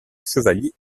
chevalier